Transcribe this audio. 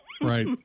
Right